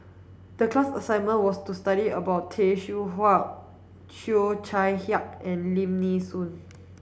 the class assignment was to study about Tay Seow Huah Cheo Chai Hiang and Lim Nee Soon